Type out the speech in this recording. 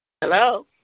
Hello